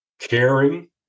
caring